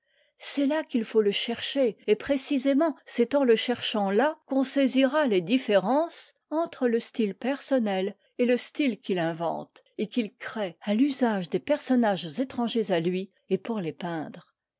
c'est là qu'il faut le chercher et précisément c'est en le cherchant là qu'on saisira les différences entre le style personnel et le style qu'il invente et qu'il crée à l'usage des personnages étrangers à lui et pour les peindre